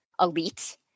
elite